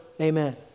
amen